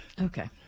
Okay